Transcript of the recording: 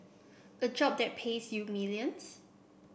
a job that pays you millions